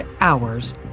hours